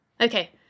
Okay